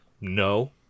No